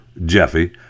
jeffy